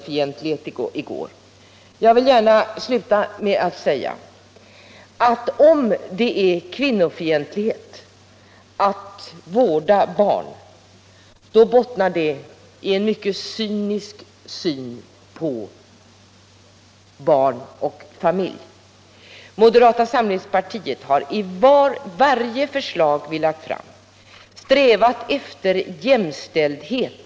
Vi har i moderata samlingspartiet i varje förslag som vi lagt fram strävat efter jämställdhet mellan könen. Vi menar att mödrar och fäder med gemensamt och lika ansvar skall klara föräldrauppgiften. Vi vill alltså, herr talman, i högsta grad se vårt förslag som mansvänligt. Det innebär inte att det är kvinnofientligt.